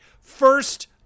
First